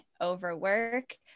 overwork